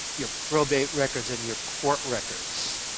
your probate records, and your court records.